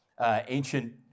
ancient